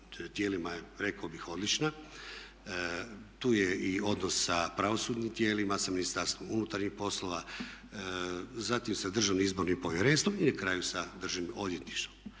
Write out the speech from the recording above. tijelima je rekao bih odlična. Tu je i odnos sa pravosudnim tijelima, sa Ministarstvom unutarnjih poslova, zatim sa DIP-om i na kraju sa Državnim odvjetništvom.